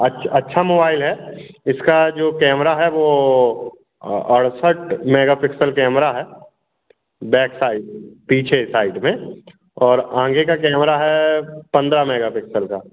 अच्छा अच्छा मोबाइल है इसका जो कैमरा है वह अड़सठ मेगापिक्सल कैमरा है बैक साइड पीछे साइड में और आगे का कैमरा है पन्द्रह मेगापिक्सल का